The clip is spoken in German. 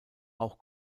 auch